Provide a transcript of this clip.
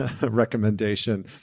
Recommendation